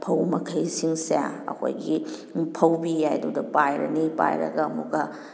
ꯐꯧ ꯃꯈꯩꯁꯤꯡꯁꯦ ꯑꯩꯈꯣꯏꯒꯤ ꯐꯧꯕꯤ ꯍꯥꯏꯕꯗꯨꯗ ꯄꯥꯏꯔꯅꯤ ꯄꯥꯏꯔꯒ ꯑꯃꯨꯛꯀ